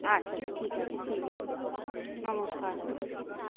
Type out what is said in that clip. আচ্ছা আচ্ছা ঠিক আছে ঠিক আছে হুম নমস্কার